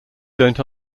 don’t